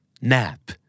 Nap